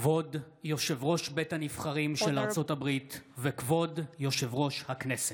כבוד יושב-ראש בית הנבחרים של ארצות הברית וכבוד יושב-ראש הכנסת!